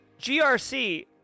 GRC